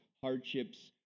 hardships